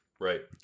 Right